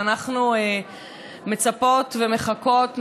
ואנחנו מצפות ומחכות,